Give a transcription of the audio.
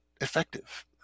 effective